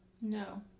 No